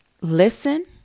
listen